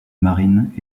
marines